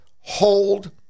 hold